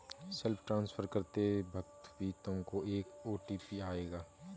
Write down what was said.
self transfer करते वक्त भी तुमको एक ओ.टी.पी आएगा